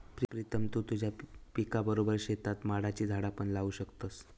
प्रीतम तु तुझ्या पिकाबरोबर शेतात माडाची झाडा पण लावू शकतस